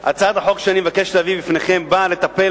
הצעת החוק שאני מבקש להביא בפניכם באה לטפל